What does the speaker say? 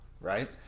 right